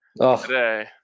today